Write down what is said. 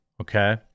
Okay